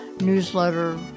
newsletter